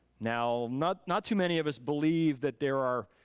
now not not too many of us believe that there are